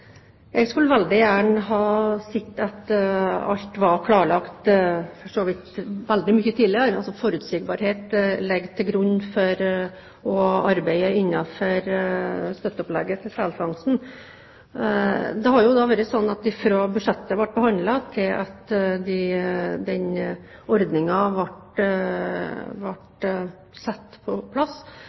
Jeg skulle veldig gjerne ha sett at alt var klarlagt veldig mye tidligere. Forutsigbarhet ligger til grunn for arbeidet innenfor støtteopplegget til selfangsten. Det har vært slik at fra det tidspunktet da budsjettet ble behandlet, og til denne ordningen kom på plass,